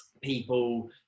people